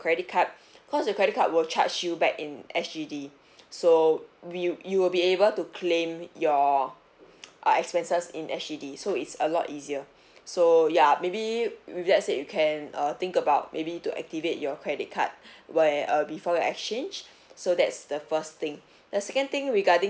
credit card cause the credit card will charge you back in S_G_D so we'll you will be able to claim your uh expenses in S_G_D so it's a lot easier so ya maybe with that said you can uh think about maybe to activate your credit card where uh before your exchange so that's the first thing the second thing regarding